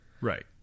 Right